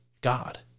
God